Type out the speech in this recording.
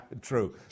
true